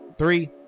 three